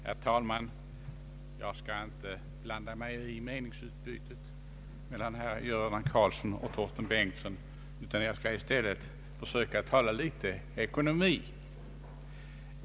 Herr talman! Jag skall inte blanda mig i meningsutbytet mellan herrar Göran Karlsson och Torsten Bengtson, utan jag skall i stället försöka tala litet ekonomi.